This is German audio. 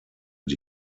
die